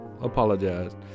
Apologize